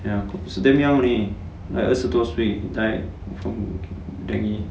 ya so damn young leh like 二十多岁 died from dengue